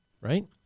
right